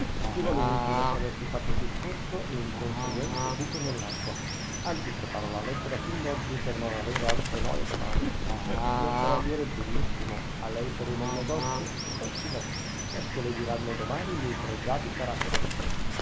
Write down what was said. lui come se avessi fatto il discorso e un conseguente buco nell'acqua anzi preparo la lettera fin d'oggi per non avere altre noie domani signor cavaliere degnissimo a lei preme il negozio ci pensi lei questo le diranno domani i miei pregiati caratteri